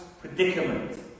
predicament